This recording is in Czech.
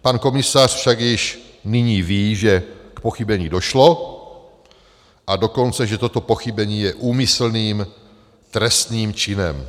Pan komisař však již nyní ví, že k pochybení došlo, a dokonce že toto pochybení je úmyslným trestným činem.